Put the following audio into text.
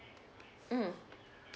mm